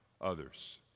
others